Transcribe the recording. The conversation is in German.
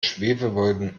schwefelwolken